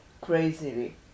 Crazily